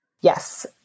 Yes